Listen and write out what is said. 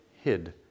hid